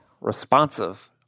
Responsive